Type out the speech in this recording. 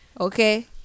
okay